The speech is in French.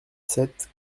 sept